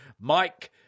Mike